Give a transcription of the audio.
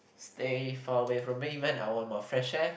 stay far away from me man I want my fresh air